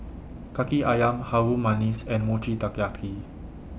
Kaki Ayam Harum Manis and Mochi Taiyaki